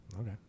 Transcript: okay